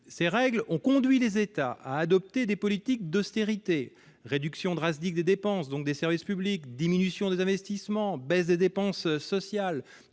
ces règles ont conduit les États à adopter des politiques d'austérité, réduction drastique des dépenses, donc des services publics, diminution des investissements, baisse des dépenses sociales,